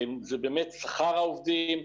זה באמת שכר העובדים,